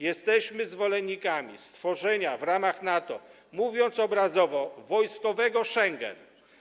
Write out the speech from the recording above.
Jesteśmy zwolennikami stworzenia w ramach NATO, mówiąc obrazowo, wojskowego Schengen.